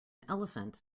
elephant